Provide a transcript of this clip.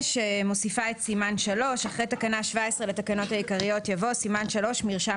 הוספת סימן 3 5. אחרי תקנה 17 לתקנות העיקריות יבוא: "סימן 3: מרשם